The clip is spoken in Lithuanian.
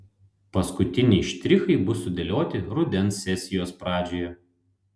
paskutiniai štrichai bus sudėlioti rudens sesijos pradžioje